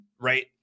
Right